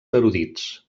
erudits